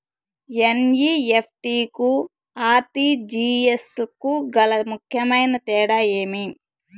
NEFT కు RTGS కు గల ముఖ్యమైన తేడా ఏమి?